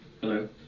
Hello